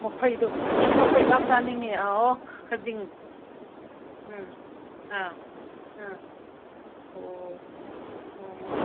ꯃꯐꯩꯗꯣ ꯑꯩꯗꯤ ꯃꯐꯩꯗꯣ ꯌꯥꯝ ꯆꯥꯅꯤꯡꯉꯦ ꯑꯥ ꯑꯣ ꯈꯖꯤꯡ ꯎꯝ ꯑꯥ ꯑꯥ ꯑꯣ ꯑꯣ